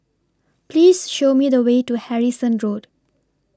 Please Show Me The Way to Harrison Road